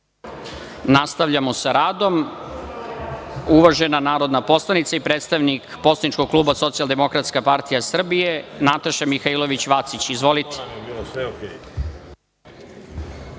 ministarku. Zahvaljujem. Uvažena narodna poslanica i predstavnik poslaničkog kluba Socijaldemokratska partija Srbije Nataša Mihailović Vacić. Izvolite.